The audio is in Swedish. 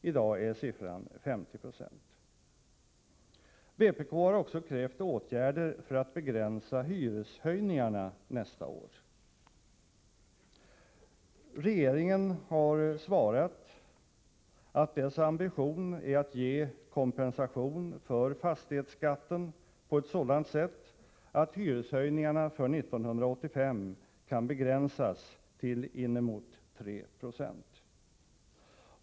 I dag är siffran 50 90. Vpk har också krävt åtgärder för att begränsa hyreshöjningarna nästa år. Regeringen har svarat att dess ambition är att ge kompensation för fastighetsskatten på ett sådant sätt att hyreshöjningarna för 1985 kan begränsas till inemot 3 76.